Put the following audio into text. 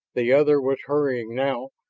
the other was hurrying now,